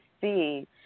see